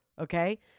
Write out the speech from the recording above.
Okay